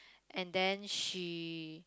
and then she